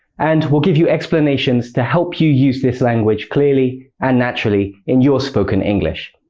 and we'll give you explanations to help you use this language clearly and naturally in your spoken english.